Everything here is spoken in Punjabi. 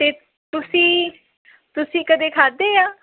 ਅਤੇ ਤੁਸੀਂ ਤੁਸੀਂ ਕਦੇ ਖਾਧੇ ਆ